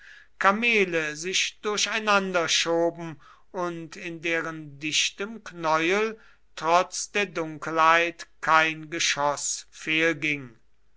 kamele sich durcheinander schoben und in deren dichtem knäuel trotz der dunkelheit kein geschoß